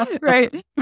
Right